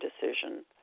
decision